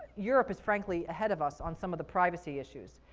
europe is frankly ahead of us on some of the privacy issues.